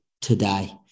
today